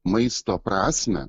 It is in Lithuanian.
maisto prasmę